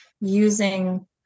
using